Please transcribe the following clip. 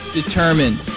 determined